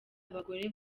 abagore